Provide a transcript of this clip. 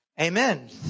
Amen